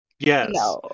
Yes